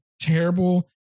terrible